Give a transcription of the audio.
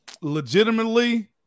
Legitimately